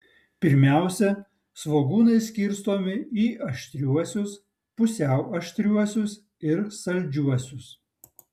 pirmiausia svogūnai skirstomi į aštriuosius pusiau aštriuosius ir saldžiuosius